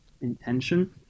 intention